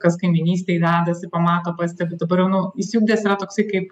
kas kaimynystėj dedasi pamato pastebi dabar jau nu išsiugdęs yra toks kaip